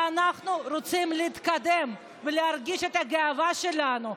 ואנחנו רוצים להתקדם ולהרגיש את הגאווה שלנו,